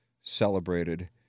celebrated